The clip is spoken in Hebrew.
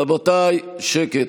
רבותיי, שקט.